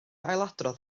ailadrodd